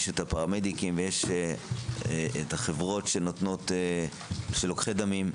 יש הפרמדיקים והחברות שלוקחים דם.